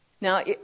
Now